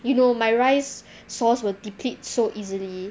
you know my rice source will deplete so easily